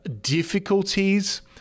difficulties